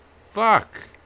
fuck